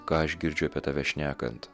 ką aš girdžiu apie tave šnekant